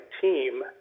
team